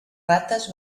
rates